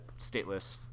stateless